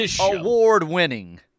award-winning